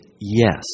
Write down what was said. yes